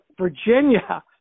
Virginia